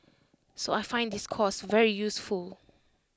so I find this course very useful